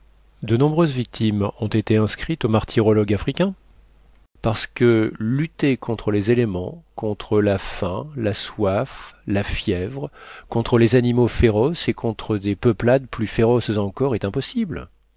de nombreuses victimes ont été inscrites au martyrologe africain parce que lutter contre les éléments contre la faim la soif la fièvre contre les animaux féroces et contre des peuplades plus féroces encore est impossible